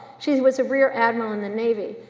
she was a rear admiral in the navy,